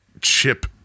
chip